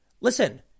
Listen